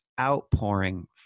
outpouring